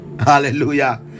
Hallelujah